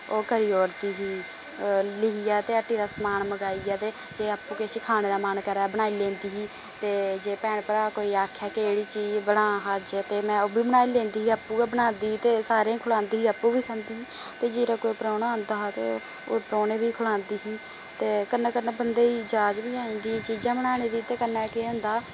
ओह् करी ओड़दी ही लिखियै ते हट्टी दा समान मंगाइयै ते जे आपूं किश खाने दा मन करै बनाई लैंदी ही ते जे भैन भ्राऽ कोई आक्खे के एह्ड़ी चीज बना हां अज्ज ते में ओह् बी बनाई लैंदी ही आपूं गै बनांदी ही ते सारे ही खलांदी ही ते आपूं बी खंदी ही ते जिल्लै कोई परौह्ना औंदा हा ते ओह् परौह्ने बी खलांदी ही ते कन्नै कन्नै बंदे ही जाच बीआई जन्दी चीजां बनाने दी ते कन्नै केह् होंदा